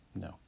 no